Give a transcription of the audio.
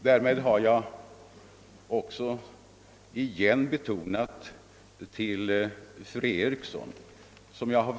Därmed har jag också betonat en sak som jag vill säga till fru Eriksson i Stockholm.